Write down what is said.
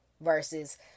Versus